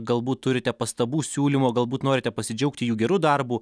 galbūt turite pastabų siūlymų galbūt norite pasidžiaugti jų geru darbu